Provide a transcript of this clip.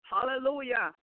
Hallelujah